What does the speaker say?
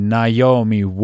Naomi